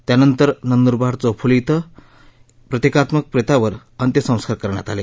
त्यानंतर नंदुरबार चौफुली तें या प्रतिकात्मक प्रेतावर अंत्यसंस्कार करण्यात आले